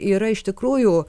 yra iš tikrųjų